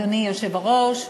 אדוני היושב-ראש,